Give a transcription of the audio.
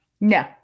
No